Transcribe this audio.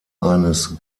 eines